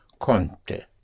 konnte